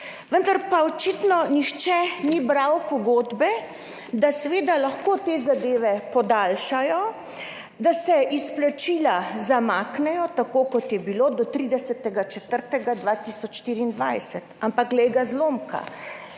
Vendar pa očitno nihče ni bral pogodbe, da seveda lahko te zadeve podaljšajo, da se izplačila zamaknejo, tako kot je bilo, do 30. 4. 2024. Ampak glej ga, zlomka,